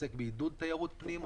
שעוסק בעידוד תיירות פנים.